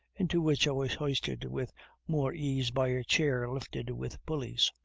into which i was hoisted with more ease by a chair lifted with pulleys.